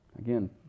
Again